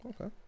Okay